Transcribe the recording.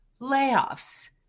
layoffs